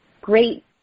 great